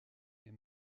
est